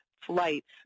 flights